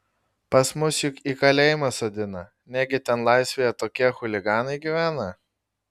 pas mus juk į kalėjimą sodina negi ten laisvėje tokie chuliganai gyvena